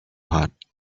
hot